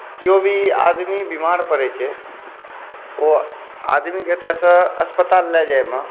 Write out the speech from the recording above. केओ भी आदमी बीमार पड़ै छै ओ आदमीकेँ एतऽसऽ अस्पताल लऽ जाइमे